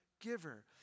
giver